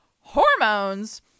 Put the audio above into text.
Hormones